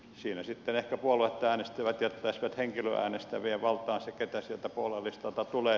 siinä sitten ehkä puoluetta äänestävät jättäisivät henkilöä äänestävien valtaan sen keitä sieltä puolueen listalta tulee